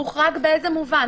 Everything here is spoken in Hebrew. מוחרג באיזה מובן?